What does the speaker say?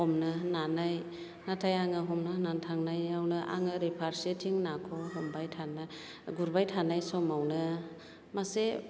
हमनो होननानै नाथाय आङो हमनो होननानै थांनायावनो आं ओरै फारसेथिं नाखौ हमबाय थानायाव गुरबाय थानाय समावनो मासे